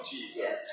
Jesus